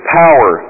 power